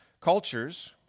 cultures